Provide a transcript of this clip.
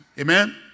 Amen